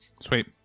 Sweet